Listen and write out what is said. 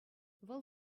вӑл